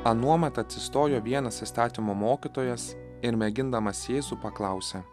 anuomet atsistojo vienas įstatymo mokytojas ir mėgindamas jėzų paklausė